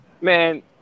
Man